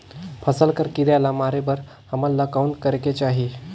फसल कर कीरा ला मारे बर हमन ला कौन करेके चाही?